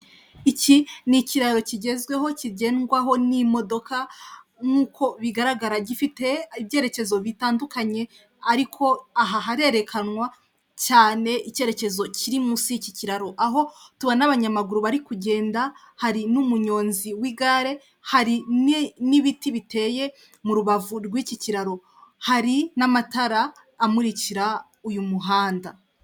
Iki ni ikiraro kigezweho kigendwaho n'imodoka nk'uko bigaragara. Gifite ibyerekezo bitandukanye, ariko aha harerekanwa cyane icyerekezo kiri munsi y'iki kiraro. Aho tubona abanyamaguru bari kugenda, hari n'umunyonzi w'igare, hari n'ibiti biteye mu rubavu rw'iki kiraro. Hari n'amatara amurikira uyu muhanda.